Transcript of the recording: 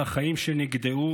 על החיים שנגדעו,